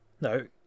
no